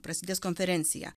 prasidės konferencija